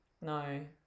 No